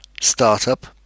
Startup